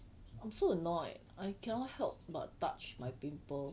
I'm so annoyed I cannot help but touch my pimple